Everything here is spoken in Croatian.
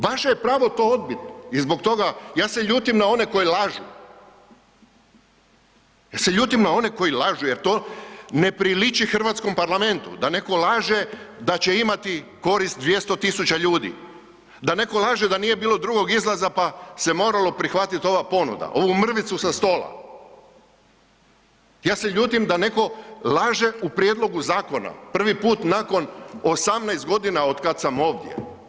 Vaše je pravo to odbiti i zbog toga, ja se ljutim na one koji lažu, ja se ljutim na one koji lažu jer to ne priliči hrvatskom parlamentu, da netko laže da će imati korist 200 tisuća ljudi, da netko laže da nije bilo drugog izlaza pa se moralo prihvatiti ova ponuda, ovu mrvicu sa stola, ja se ljutim da netko laže u prijedlogu zakona, prvi put nakon 18 godina od kad sam ovdje.